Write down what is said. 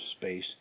space